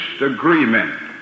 agreement